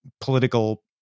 political